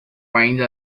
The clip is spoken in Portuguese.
ainda